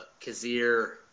Kazir